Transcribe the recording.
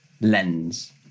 lens